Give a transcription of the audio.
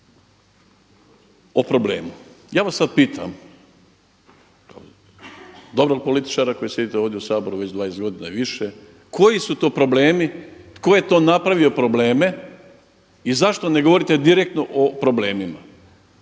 o problemu. Ja vas sada pitam, dobrog političara koji sjedite ovdje u Saboru već 20 godina i više, koji su to problemi, tko je to napravio probleme i zašto ne govorite direktno o problemima?